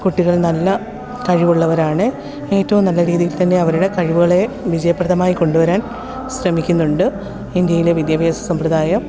കുട്ടികൾ നല്ല കഴിവുള്ളവരാണ് ഏറ്റോം നല്ല രീതിയിൽ തന്നെ അവരുടെ കഴിവുകളെ വിജയപ്രദമായി കൊണ്ടുവരാൻ ശ്രമിക്കുന്നുണ്ട് ഇന്ത്യയിലെ വിദ്യാഭ്യാസ സമ്പ്രദായം